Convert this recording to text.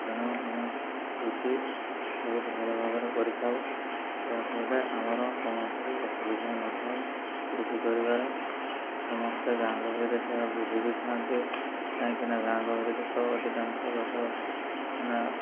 ତେଣୁ ଆମେ କୃଷି ବହୁତ ଭଲ ଭାବରେ କରିଥାଉ ଯାହାଫଳରେ ଆମର କୌଣସି ଅସୁବିଧା ନଥାଏ କୃଷି କରିବାରେ ସମସ୍ତେ ଗାଁ ଗହଳିରେ ସେ ବୁଝି ବି ଥାନ୍ତି କାହିଁକି ନା ଗାଁ ଗହଳିରେ ତ ଅଧିକାଂଶ ଲୋକ ମାନେ